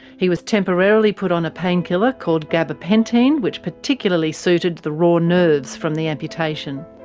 he was temporarily put on a painkiller called gabapentin, which particularly suited the raw nerves from the amputation.